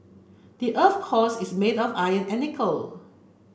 the earth's cores is made of iron and nickel